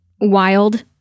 wild